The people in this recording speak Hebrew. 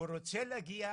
הוא רוצה להגיע,